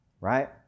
right